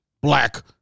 Black